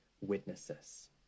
witnesses